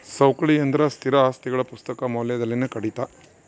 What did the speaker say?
ಸವಕಳಿ ಎಂದರೆ ಸ್ಥಿರ ಆಸ್ತಿಗಳ ಪುಸ್ತಕ ಮೌಲ್ಯದಲ್ಲಿನ ಕಡಿತ